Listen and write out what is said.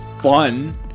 fun